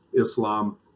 Islam